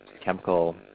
chemical